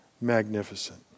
magnificent